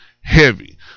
heavy